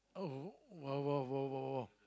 oh !wow! !wow! !wow! !wow! !wow!